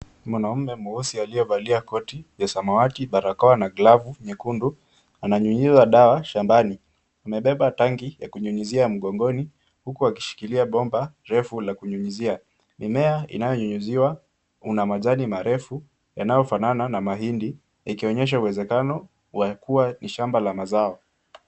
Mwanaume mweusi aliyevalia koti ya samawati, barakoa na glavu nyekundu ananyunyiza dawa shambani. Amebeba tanki ya kunyunyizia mgongoni huku akishikilia bomba refu la kunyunyizia. Mimea inayonyunyiziwa una majani marefu yanayofanana na mahindi ikionyesha uwezekano wa kuwa ni shamba la mazao.